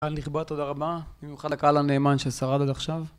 קהל נכבד, תודה רבה, במיוחד לקהל הנאמן ששרד עד עכשיו.